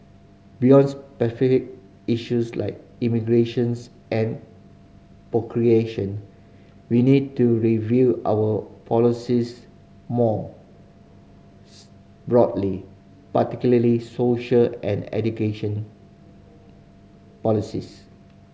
beyond issues like immigrations and procreation we need to review our policies mores broadly particularly social and education policies